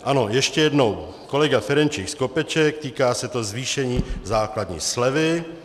Ano, ještě jednou, kolega Ferjenčík, Skopeček, týká se to zvýšení základní slevy.